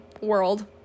world